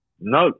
No